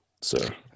sir